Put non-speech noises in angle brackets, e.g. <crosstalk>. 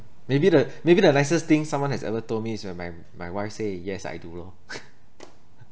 maybe the maybe the nicest thing someone has ever told me is when my my wife say yes I do lor <noise>